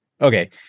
Okay